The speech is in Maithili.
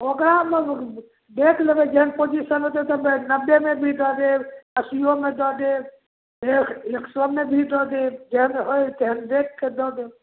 ओकरामे देखि लेबै जेहन पोजीशन हेतै तऽ नब्बेमे भी दऽ देब अस्सिओमे दऽ देब एक एक सओमे भी दऽ देब जेहन हइ तेहन देखिके दऽ देब